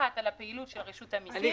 ומפקחת על הפעילות של רשות המיסים --- אני